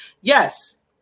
Yes